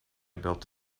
built